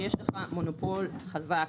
יש לך מונופול חזק,